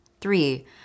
Three